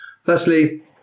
Firstly